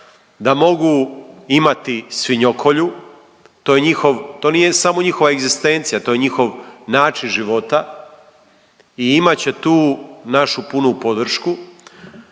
da mogu imati svinjokolju. To nije samo njihova egzistencija to je njihov način života i imat će tu našu punu podršku.